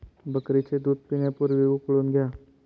बकरीचे दूध पिण्यापूर्वी उकळून घ्या